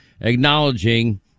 acknowledging